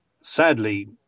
sadly